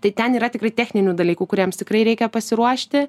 tai ten yra tikrai techninių dalykų kuriems tikrai reikia pasiruošti